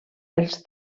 els